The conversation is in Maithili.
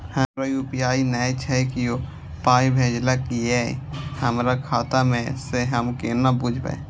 हमरा यू.पी.आई नय छै कियो पाय भेजलक यै हमरा खाता मे से हम केना बुझबै?